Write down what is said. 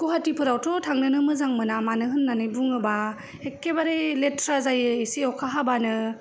गुवाहाटीफोरावथ' थांनोनो मोजां मोना मानो होननानै बुङोब्ला एखेबारे लेथ्रा जायो एसे अखा हाब्लानो